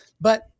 But-